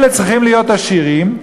אלה צריכים להיות עשירים,